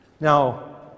Now